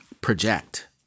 project